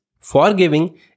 Forgiving